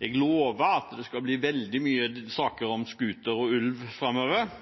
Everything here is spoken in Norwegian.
Jeg lover at det skal bli veldig mange saker om skuter og ulv framover,